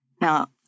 Now